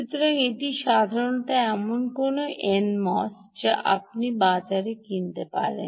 সুতরাং এটি সাধারণত এমন কোনও এনএমওএস যা আপনি বাজারে কিনতে পারেন